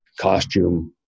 costume